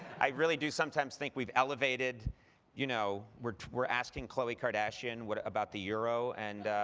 i really do sometimes think we've elevated you know we're we're asking khloe kardashian what about the euro. and